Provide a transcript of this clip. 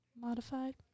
Modified